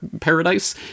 paradise